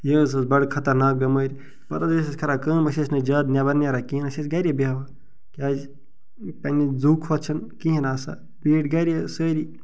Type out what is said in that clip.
یہِ حظ ٲس بڑٕ خطرناک بیٚمٲرۍ پتہٕ حظ ٲسۍ کران کٲم أسۍ ٲسۍ نہِ زیادٕ نیٚبر نیران کہیٖنۍ أسۍ ٲسۍ گرِی بیٚہوان کیازِ پننہِ زوٗ کھۄتہٕ چھنہٕ کِہیٖنۍ آسان بیٖٹھۍ گرِ سٲری